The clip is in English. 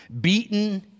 beaten